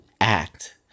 act